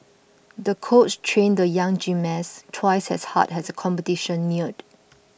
the coach trained the young gymnast twice as hard as the competition neared